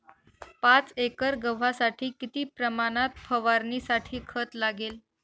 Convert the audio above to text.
पाच एकर गव्हासाठी किती प्रमाणात फवारणीसाठी खत लागेल?